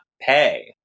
pay